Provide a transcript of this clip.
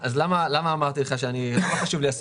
כל אחד מאיתנו משלם חלק מהשכר לאותה מוקדנית ואנחנו גם משקיעים יחד